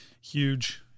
Huge